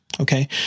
Okay